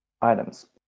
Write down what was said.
items